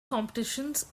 competitions